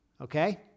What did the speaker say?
okay